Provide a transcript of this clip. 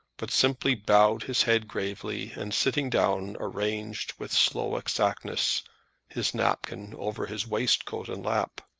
but simply bowed his head gravely, and sitting down, arranged with slow exactness his napkin over his waistcoat and lap.